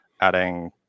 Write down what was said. adding